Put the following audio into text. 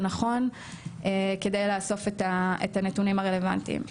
נכון כדי לאסוף את הנתונים הרלוונטיים.